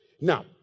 Now